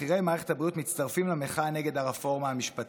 בכירי מערכת הבריאות מצטרפים למחאה נגד הרפורמה המשפטית,